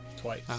Twice